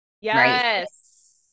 Yes